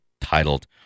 titled